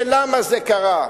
ולמה זה קרה.